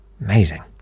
Amazing